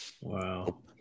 Wow